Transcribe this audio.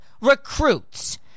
recruits